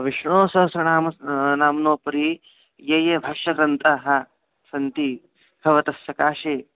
विष्णुसहस्रनाम्नः नाम्नः उपरी ये ये भाष्यग्रन्थाः सन्ति भवतस्सकाशे